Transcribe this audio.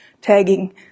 tagging